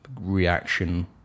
reaction